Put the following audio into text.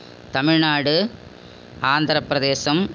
Tamil Nadu Andhra Pradesh